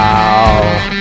Wow